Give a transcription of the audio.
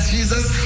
Jesus